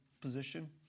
position